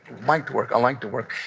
like to work. i like to work.